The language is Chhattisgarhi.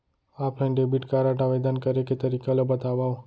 ऑफलाइन डेबिट कारड आवेदन करे के तरीका ल बतावव?